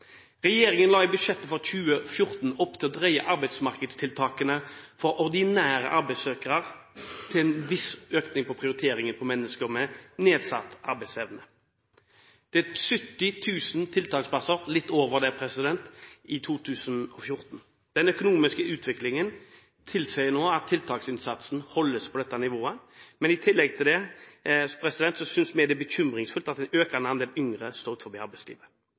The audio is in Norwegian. Regjeringen la i budsjettet for 2014 opp til å dreie arbeidsmarkedstiltakene for ordinære arbeidssøkere til en viss økning på prioritering for mennesker med nedsatt arbeidsevne. Det er litt over 70 000 tiltaksplasser i 2014. Den økonomiske utviklingen tilsier nå at tiltaksinnsatsen holdes på dette nivået, men i tillegg til det synes vi det er bekymringsfullt at en økende andel yngre står utenfor arbeidslivet.